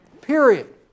Period